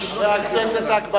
אתה אומר ה"חמאס" הם לא צריכים אותם.